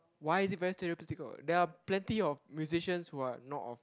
why is it very stereotypical there are plenty of musicians who are not of